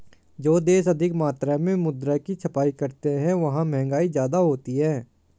जो देश अधिक मात्रा में मुद्रा की छपाई करते हैं वहां महंगाई ज्यादा होती है